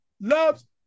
loves